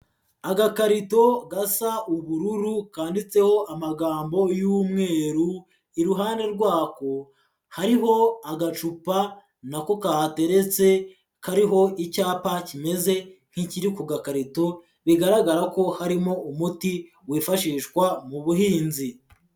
Agakarito gasa ubururu kanditseho amagambo y'umweru, iruhande rwako hariho agacupa na ko kahateretse kariho icyapa kimeze nk'ikiri ku gakarito bigaragara ko harimo umuti wifashishwa mu buhinzi.